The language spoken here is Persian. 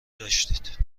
داشتید